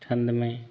ठंड में